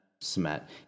smet